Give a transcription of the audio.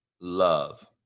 love